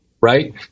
right